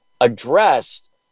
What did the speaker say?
addressed